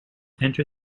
enter